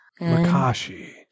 Makashi